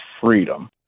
freedom